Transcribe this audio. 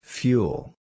Fuel